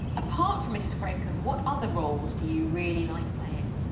apart from mrs crocombe, what other roles do you really like playing?